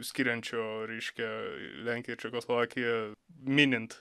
skiriančio reiškia lenkiją ir čekoslovakiją minint